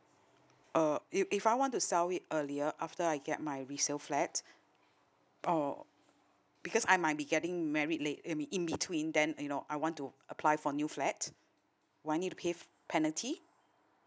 uh if if I want to sell it earlier after I get my resale flat oh because I might be getting married late in in between then you know I want to apply for new flat do I need to pay penalty